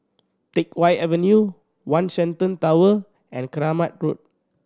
Teck Whye Avenue One Shenton Tower and Keramat Road